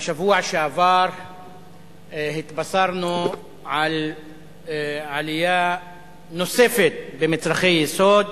בשבוע שעבר התבשרנו על עלייה נוספת במחירי מצרכי יסוד,